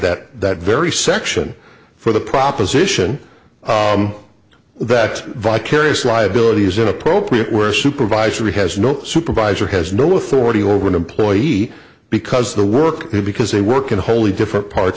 that that very section for the proposition that vicarious liability is inappropriate where supervisory has no supervisor has no authority over an employee because the work because they work in wholly different parts